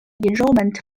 enrollment